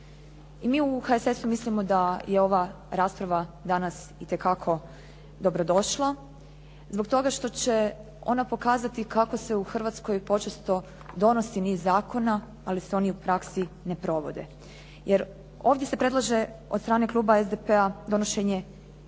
I mi u HSS-u mislimo da je ova rasprava danas itekako dobro došla zbog toga što će ona pokazati kako se u Hrvatskoj počesto donosi niz zakona ali se oni u praksi ne provode. Jer, ovdje se predlaže od strane kluba SDP-a donošenje novog